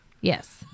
Yes